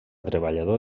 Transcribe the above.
treballador